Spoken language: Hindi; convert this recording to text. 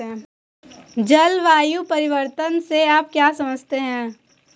जलवायु परिवर्तन से आप क्या समझते हैं?